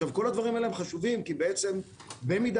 כל הדברים האלה הם חשובים כי בעצם במידה